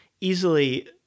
easily